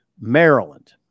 Maryland